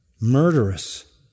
Murderous